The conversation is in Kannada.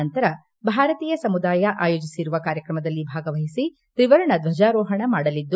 ನಂತರ ಭಾರತೀಯ ಸಮುದಾಯ ಆಯೋಜಿಸಿರುವ ಕಾರ್ಯಕ್ರಮದಲ್ಲಿ ಭಾಗವಹಿಸಿ ತ್ರಿವರ್ಣ ಧ್ವಜಾರೋಹಣ ಮಾಡಲಿದ್ದಾರೆ